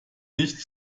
nicht